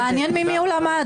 מעניין ממי הוא למד.